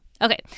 Okay